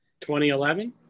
2011